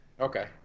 Okay